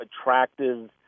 attractive